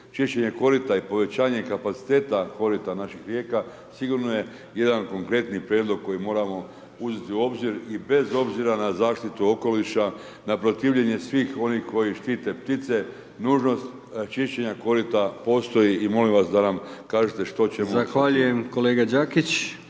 Čišćenje korita i povećanje kapaciteta korita naših rijeka sigurno je jedan konkretniji prijedlog koji moramo uzeti u obzir i bez obzira na zaštitu okoliša, na protivljenje svih onih koji štite ptice nužnost čišćenja korita postoji i molim vas da nam kažete što